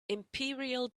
imperial